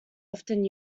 often